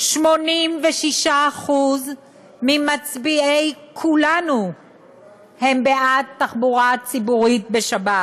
86% ממצביעי כולנו הם בעד תחבורה ציבורית בשבת,